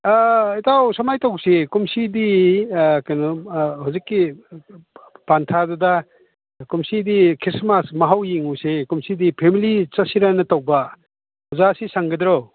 ꯑꯥ ꯏꯇꯥꯎ ꯁꯨꯃꯥꯏ ꯇꯧꯁꯤ ꯀꯨꯝꯁꯤꯗꯤ ꯀꯩꯅꯣ ꯍꯧꯖꯤꯛꯀꯤ ꯄꯟꯊꯥꯗꯨꯗ ꯀꯨꯝꯁꯤꯗꯤ ꯈ꯭ꯔꯤꯁꯃꯥꯁ ꯃꯍꯥꯎ ꯌꯦꯡꯉꯨꯁꯦ ꯀꯨꯝꯁꯤꯗꯤ ꯐꯦꯃꯤꯂꯤ ꯆꯠꯁꯤꯔꯅ ꯇꯧꯕ ꯑꯣꯖꯥꯁꯤ ꯁꯪꯒꯗ꯭ꯔꯣ